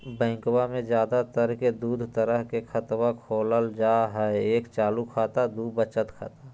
बैंकवा मे ज्यादा तर के दूध तरह के खातवा खोलल जाय हई एक चालू खाता दू वचत खाता